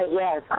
yes